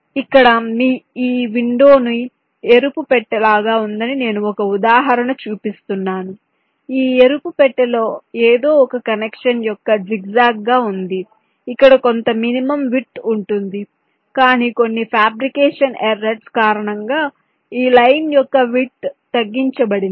ఇక్కడ మీకు ఈ విండోని ఎరుపు పెట్టె లాగా ఉందని నేను ఒక ఉదాహరణ చూపిస్తున్నాను ఈ ఎరుపు పెట్టెలో ఏదో ఒక కనెక్షన్ యొక్క జిగ్జాగ్ గా ఉంది ఇక్కడ కొంత మినిమం విడ్త్ ఉంటుంది కానీ కొన్ని ఫ్యాబ్రికేషన్ ఎర్రర్స్ కారణంగా ఈ లైన్ యొక్క విడ్త్ తగ్గించబడింది